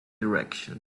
direction